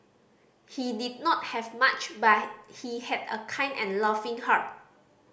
he did not have much but he had a kind and loving heart